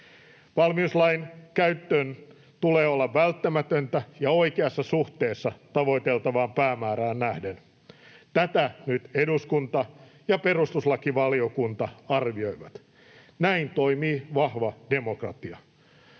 Valmiuslain käytön tulee olla välttämätöntä ja oikeassa suhteessa tavoiteltavaan päämäärään nähden. Tätä nyt eduskunta ja perustuslakivaliokunta arvioivat. Näin toimii vahva demokratia.